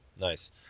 Nice